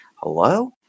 Hello